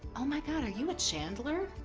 oh my god, are you a chandler?